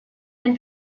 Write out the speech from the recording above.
been